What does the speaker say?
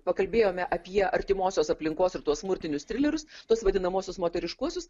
pakalbėjome apie artimosios aplinkos ir tuos smurtinius trilerius tuos vadinamuosius moteriškuosius